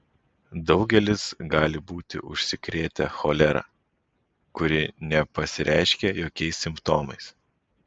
daugelis gali būti užsikrėtę cholera kuri nepasireiškia jokiais simptomais